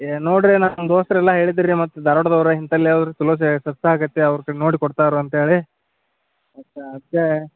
ಏ ನೋಡಿರಿ ನನ್ನ ದೋಸ್ತ್ರು ಎಲ್ಲ ಹೇಳಿದ್ದಿರು ರಿ ಮತ್ತು ಧಾರ್ವಾಡದವ್ರು ಇಂಥಲ್ಲಿ ಅವ್ರು ಚಲೋ ಸಸ್ತಾ ಆಗುತ್ತೆ ಅವ್ರು ನೋಡಿ ಕೊಡ್ತಾರೆ ಅಂತೇಳಿ ಅದಕ್ಕೆ